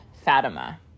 Fatima